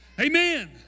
Amen